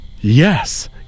yes